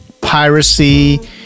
piracy